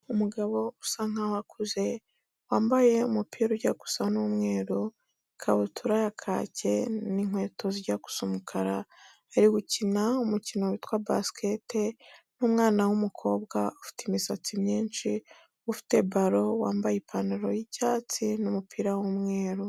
Umugabo usa nk'aho akuze. Wambaye umupira ujya gusa n'umweru, ikabutura ya kake, n'inkweto zijya gusa umukara. Ari gukina umukino witwa basket n'umwana w'umukobwa ufite imisatsi myinshi, ufite ballon wambaye ipantaro y'icyatsi n'umupira w'umweru.